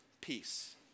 peace